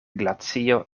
glacio